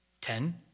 Ten